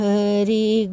Hari